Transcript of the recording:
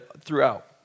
throughout